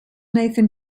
nathan